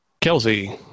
Kelsey